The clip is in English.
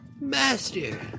master